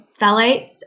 phthalates